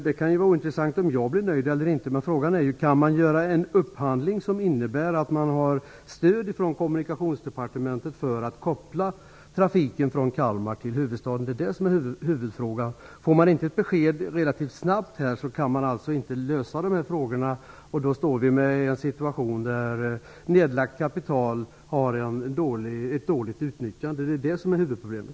Det kan vara ointressant om jag blir nöjd eller inte. Frågan är om man kan göra en upphandling som innebär att man får stöd från Kommunikationsdepartementet för att koppla trafiken från Kalmar till huvudstaden. Det är huvudfrågan. Får man inte ett besked relativt snabbt kan man alltså inte lösa frågorna, och då har vi en situation där nedlagt kapital har ett dåligt utnyttjande. Det är huvudproblemet.